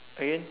again